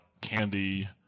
candy